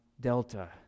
delta